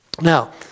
Now